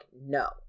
no